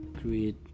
create